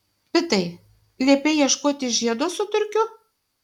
pitai liepei ieškoti žiedo su turkiu